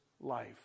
life